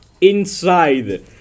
inside